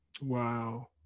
Wow